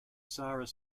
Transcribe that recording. sarah